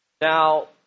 Now